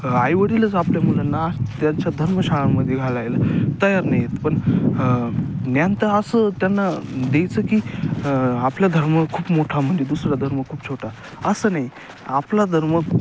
आई वडीलच आपल्या मुलांना त्याच्या धर्मशाळांमध्ये घालायला तयार नाहीयेत पण ज्ञान तर असं त्यांना द्यायचं की आपला धर्म खूप मोठा म्हणजे दुसरा धर्म खूप छोटा असं नाही आपला धर्म